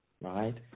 right